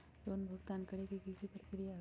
Loan भुगतान करे के की की प्रक्रिया होई?